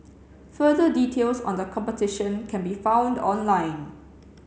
further details on the competition can be found online